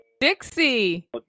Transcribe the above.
Dixie